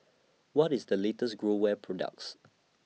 What IS The latest Growell products